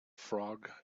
frog